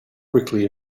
quickly